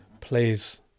please